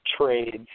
trades